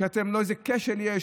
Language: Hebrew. איזה כשל יש,